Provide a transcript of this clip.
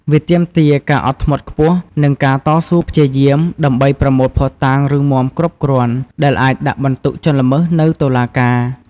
វាទាមទារការអត់ធ្មត់ខ្ពស់ និងការតស៊ូព្យាយាម ដើម្បីប្រមូលភស្តុតាងរឹងមាំគ្រប់គ្រាន់ដែលអាចដាក់បន្ទុកជនល្មើសនៅតុលាការ។